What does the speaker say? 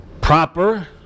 proper